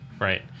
right